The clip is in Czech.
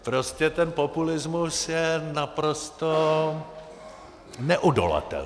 Prostě ten populismus je naprosto neodolatelný.